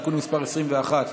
תיקון מס' 21),